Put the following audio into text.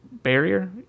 barrier